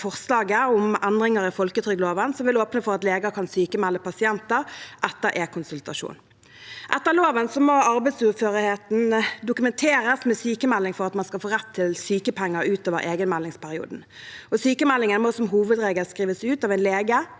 forslaget om endringer i folketrygdloven som vil åpne for at leger kan sykmelde pasienter etter e-konsultasjon. Etter loven må arbeidsuførheten dokumenteres med sykmelding for at man skal få rett til sykepenger utover egenmeldingsperioden. Sykmeldingen må som hovedregel skrives ut av en lege,